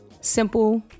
simple